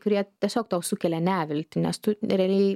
kurie tiesiog tau sukelia neviltį nes tu realiai